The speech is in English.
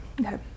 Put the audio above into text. Okay